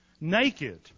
naked